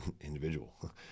individual